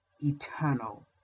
eternal